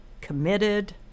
committed